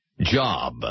job